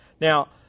Now